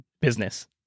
business